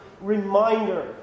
reminder